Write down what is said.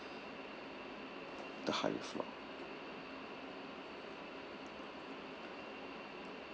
the higher floor